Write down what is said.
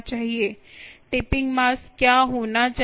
tipping मास क्या होना चाहिए